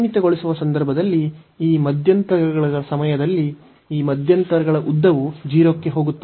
ಸೀಮಿತಗೊಳಿಸುವ ಸಂದರ್ಭದಲ್ಲಿ ಈ ಮಧ್ಯಂತರಗಳ ಸಮಯದಲ್ಲಿ ಈ ಮಧ್ಯಂತರಗಳ ಉದ್ದವು 0 ಕ್ಕೆ ಹೋಗುತ್ತದೆ